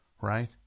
Right